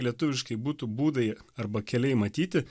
lietuviškai būtų būdai arba keliai matyti